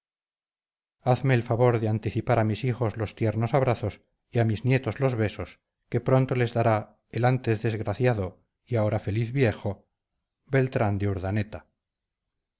hazme el favor de anticipar a mis hijos los tiernos abrazos y a mis nietos los besos que pronto les dará el antes desgraciado y ahora feliz viejo beltrán de urdaneta